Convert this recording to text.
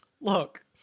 Look